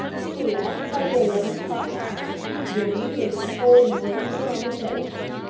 she left by the eleven o'clock train, joining mrs. cole-mortimer on the station.